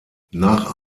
nach